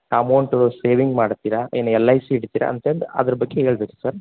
amount saving ಮಾಡ್ತೀರಾ ಏನು L I C ಇಡ್ತಿರಾ ಅಂತಂದು ಅದ್ರ ಬಗ್ಗೆ ಹೇಳ್ಬೇಕು ಸರ್